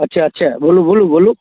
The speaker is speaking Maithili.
अच्छा अच्छा बोलू बोलू बोलू